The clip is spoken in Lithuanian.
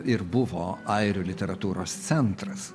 ir buvo airių literatūros centras